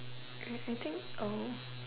and I think er